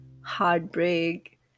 heartbreak